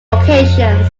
occasions